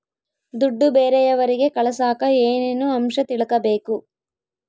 ದುಡ್ಡು ಬೇರೆಯವರಿಗೆ ಕಳಸಾಕ ಏನೇನು ಅಂಶ ತಿಳಕಬೇಕು?